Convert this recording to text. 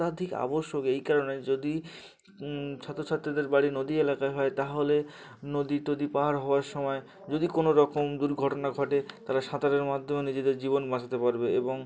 অত্যাধিক আবশ্যক এই কারণে যদি ছাত্রছাত্রীদের বাড়ি নদী এলাকায় হয় তাহলে নদী টদী পাহাড় হওয়ার সময় যদি কোনো রকম দুর্ঘটনা ঘটে তারা সাঁতারের মাধ্যমে নিজেদের জীবন বাঁচাতে পারবে এবং